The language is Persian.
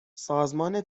سازمان